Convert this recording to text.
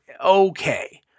okay